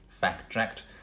fact-checked